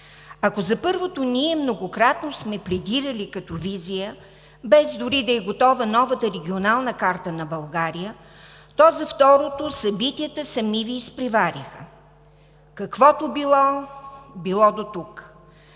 Ако за първото ние многократно сме пледирали като визия, без дори да е готова новата Регионална карта на България, то за второто събитията сами Ви изпревариха. Каквото било – било до тук.